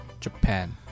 Japan